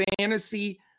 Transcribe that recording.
fantasy